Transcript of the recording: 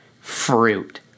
fruit